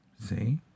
See